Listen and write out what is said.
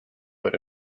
but